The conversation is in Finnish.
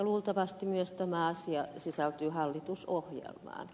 luultavasti myös tämä asia sisältyy hallitusohjelmaan